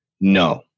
No